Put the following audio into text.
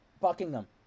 Buckingham